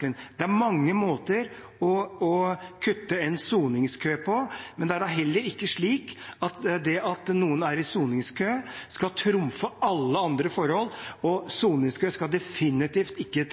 en praktisk tenkning. Men de praktiske tenkningene skal ikke trumfe de grunnleggende prinsipielle og menneskerettslige aspektene ved denne saken. Det er mange måter å kutte en soningskø på. Det er da ikke slik at det at noen er i soningskø skal trumfe alle andre forhold. Og soningskø skal definitivt ikke